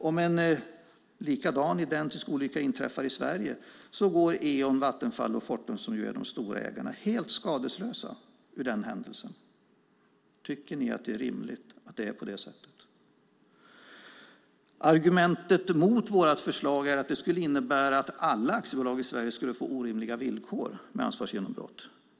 Om en likadan, identisk, olycka inträffar i Sverige går Eon, Vattenfall och Fortum, som ju är de stora ägarna, helt skadeslösa ur den händelsen. Tycker ni att det är rimligt att det är på det sättet? Argumentet mot vårt förslag är att det skulle innebära att alla aktiebolag i Sverige skulle få orimliga villkor med ansvarsgenombrott.